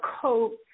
coats